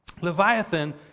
Leviathan